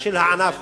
של הענף,